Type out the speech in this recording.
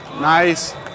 Nice